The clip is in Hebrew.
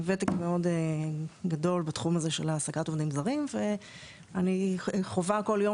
עם וותק מאוד גדול בתחום של העסקת עובדים זרים ואני חווה כל יום